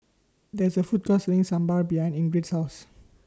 There IS A Food Court Selling Sambar behind Ingrid's House